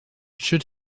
should